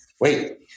wait